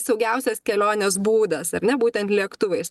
saugiausias kelionės būdas ar ne būtent lėktuvais